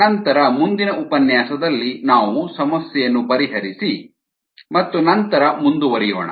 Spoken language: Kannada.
ನಂತರ ಮುಂದಿನ ಉಪನ್ಯಾಸದಲ್ಲಿ ನಾವು ಸಮಸ್ಯೆಯನ್ನು ಪರಿಹರಿಸಿ ಮತ್ತು ನಂತರ ಮುಂದುವರಿಯೋಣ